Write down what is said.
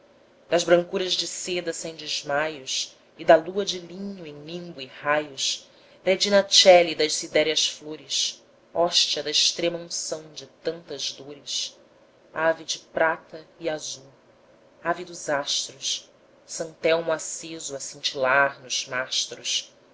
das brancuras de seda sem desmaios e da lua de linho em nimbo e raios regina coeli das sidéreas flores hóstia da extrema-unção de tantas dores ave de prata e azul ave dos astros santelmo aceso a cintilar nos mastros